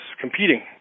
competing